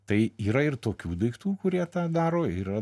tai yra ir tokių daiktų kurie tą daro yra